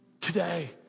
Today